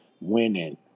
winning